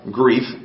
grief